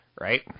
Right